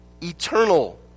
eternal